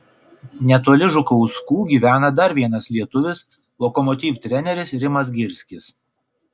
netoli žukauskų gyvena dar vienas lietuvis lokomotiv treneris rimas girskis